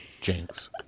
Jinx